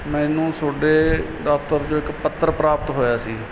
ਮੈਨੂੰ ਤੁਹਾਡੇ ਦਫ਼ਤਰ 'ਚ ਇੱਕ ਪੱਤਰ ਪ੍ਰਾਪਤ ਹੋਇਆ ਸੀ ਜੀ